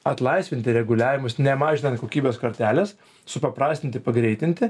atlaisvinti reguliavimus nemažinant kokybės kartelės supaprastinti pagreitinti